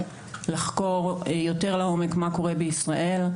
לחקור יותר לעומק מה קורה בישראל.